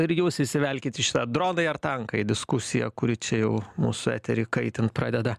ir jūs įsivelkit į šitą dronai ar tankai diskusiją kuri čia jau mūsų eterį kaitint pradeda